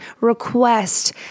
request